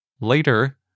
Later